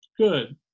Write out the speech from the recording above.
good